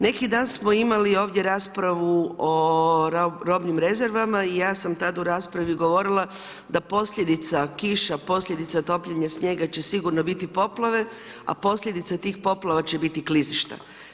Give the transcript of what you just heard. Neki dan smo imali ovdje raspravu o robnim rezervama i ja sam tada u raspravi govorila da posljedica kiša, posljedica topljena snijega će sigurno biti poplave, a posljedica tih poplava će biti klizišta.